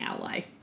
ally